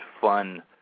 fun